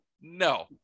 no